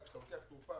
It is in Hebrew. כשאתה לוקח תעופה,